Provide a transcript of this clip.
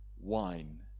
wine